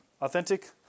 Authentic